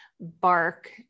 bark